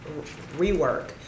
rework